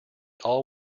all